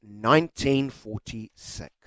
1946